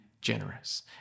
generous